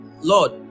Lord